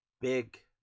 big